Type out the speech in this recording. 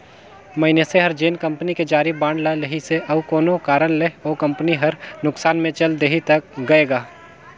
मइनसे हर जेन कंपनी के जारी बांड ल लेहिसे अउ कोनो कारन ले ओ कंपनी हर नुकसान मे चल देहि त गय गा